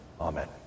Amen